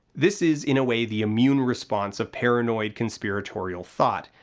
this is, in a way, the immune response of paranoid conspiratorial thought.